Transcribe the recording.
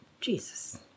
Jesus